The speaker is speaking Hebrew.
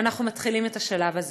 ואנחנו מתחילים את השלב הזה.